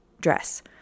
dress